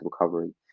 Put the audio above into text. recovery